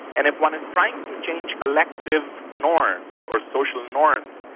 and if one is trying to change collective norms, or social norms,